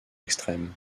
extrêmes